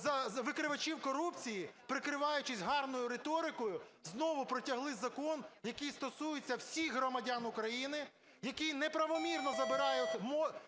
викривачів корупції, прикриваючись гарною риторикою, знову протягли закон, який стосується всіх громадян України, який неправомірно забирає,